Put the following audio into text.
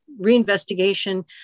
reinvestigation